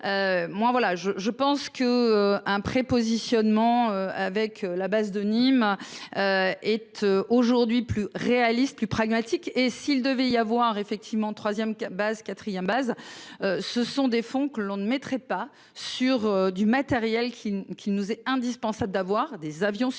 Moi voilà je je pense que un prépositionnement. Avec la base de Nîmes. Et aujourd'hui, plus réaliste, plus pragmatique et s'il devait y avoir effectivement 3ème 4ème base. Ce sont des fonds que l'on ne mettrait pas sur du matériel qui qui nous est indispensable d'avoir des avions supplémentaires